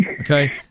Okay